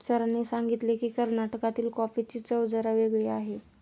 सरांनी सांगितले की, कर्नाटकातील कॉफीची चव जरा वेगळी आहे